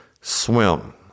swim